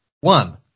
One